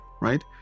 right